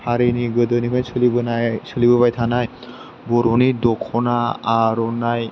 हारिनि गोदोनिफ्रायनो सोलिबोनाय सोलिबोबाय थानाय बर'नि दख'ना आर'नाइ